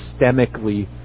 systemically